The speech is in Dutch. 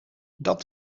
dat